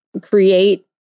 create